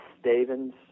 Stevens